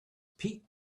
pete